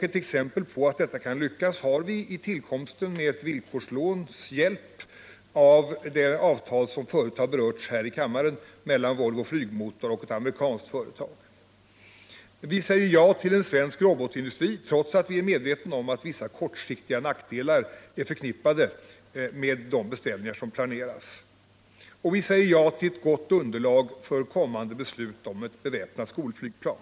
Ett exempel på att detta kan lyckas har vi i tillkomsten — med hjälp av ett villkorslån — av det avtal, som förut har berörts här i kammaren, mellan Volvo Flygmotor och ett amerikanskt företag. Vi säger ja till en svensk robotindustri, trots att vi är medvetna om att vissa kortsiktiga nackdelar är förknippade med de beställningar som planeras. Vi säger ja till ett gott underlag för kommande beslut om ett beväpnat skolflygplan.